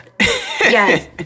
yes